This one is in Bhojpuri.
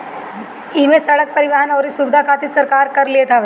इमे सड़क, परिवहन अउरी सुविधा खातिर सरकार कर लेत हवे